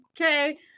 okay